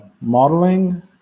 Modeling